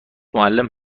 معلم